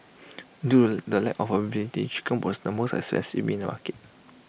due the lack of availability chicken was the most expensive meat in the market